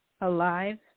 alive